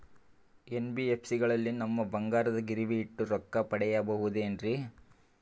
NBFC ಗಳಲ್ಲಿ ನಮ್ಮ ಬಂಗಾರನ ಗಿರಿವಿ ಇಟ್ಟು ರೊಕ್ಕ ಪಡೆಯಬಹುದೇನ್ರಿ?